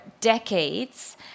decades